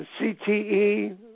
CTE